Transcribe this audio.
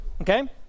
okay